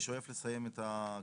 אני שואף לסיים את ההקראה.